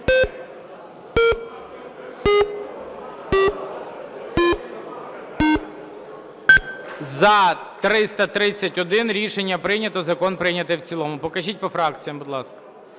За-331 Рішення прийнято. Закон прийнято в цілому. Покажіть по фракціях, будь ласка.